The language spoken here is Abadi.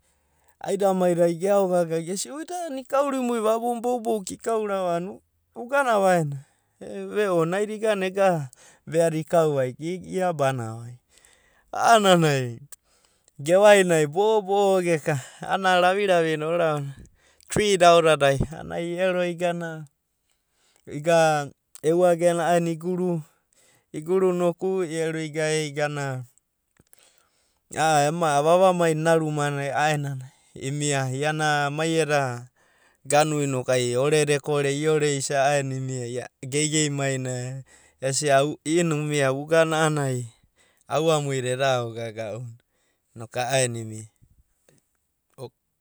Aida mai ai geaoga’ga’a, uida ikaurimu va ana ugana va aena, veo ika, igana va eda erea da ikau va, iabana a’anana nai, geva ava mai bo’o bo’o a’anana ai ravi ravi nai, tini bounai ai igana au age nai aenena iguru, iguru noku iero igae igana a’a vava mai na ena rumanai a’aenanai imia, iana mai eda gana nokuai ore da ekore ai iore sa, a’aenanai imia, geigei mai na esia, i’vnanai unuia, vugana a’ana ai an’a muida eda aogage ounanei inanai uma mia, noku ai a’aena.